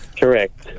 Correct